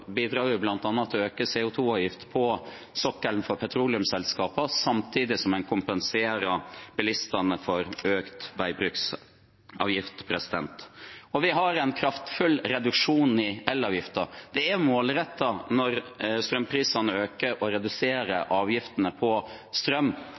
bidrar vi bl.a. til å øke CO 2 -avgiften for petroleumsselskap på sokkelen samtidig som man kompenserer bilistene for økt veibruksavgift. Vi har en kraftfull reduksjon i elavgiften. Det er målrettet når strømprisene øker,